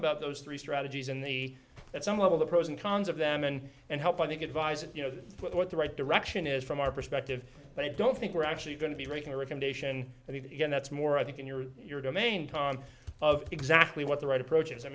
about those three strategies in the that some of the pros and cons of them and and help i think advisor you know what the right direction is from our perspective but i don't think we're actually going to be writing a recommendation and he gets more i think in your your domain tahn of exactly what the right approach is i